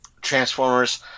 Transformers